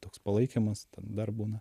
toks palaikymas dar būna